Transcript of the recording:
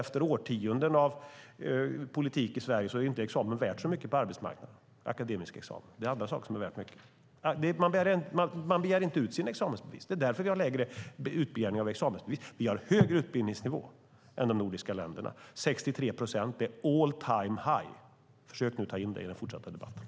Efter årtionden av politik i Sverige är inte akademisk examen värt så mycket på arbetsmarknaden. Det är andra saker som är värt mycket. Man begär inte ut sina examensbevis. Men vi har högre utbildningsnivå än i de andra nordiska länderna. Det är all-time-high med 63 procent. Försök ta in det i den fortsatta debatten.